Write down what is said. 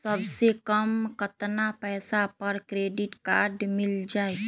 सबसे कम कतना पैसा पर क्रेडिट काड मिल जाई?